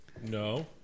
No